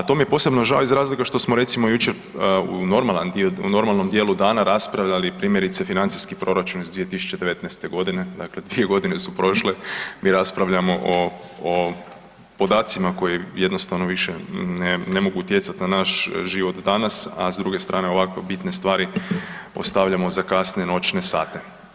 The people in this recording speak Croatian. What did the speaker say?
A to mi je posebno žao iz razloga što smo recimo jučer u normalnom djelu dana raspravljali, primjerice financijski proračun iz 2019. g., dakle 2 g. su prošle, mi raspravljamo o podacima koji jednostavno više ne mogu utjecati na naš život danas a s druge strane ovako bitne stvari ostavljamo za kasne noće sate.